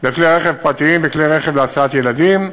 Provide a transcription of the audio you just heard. בכלי הרכב הפרטיים ובכלי רכב להסעת ילדים.